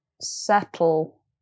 settle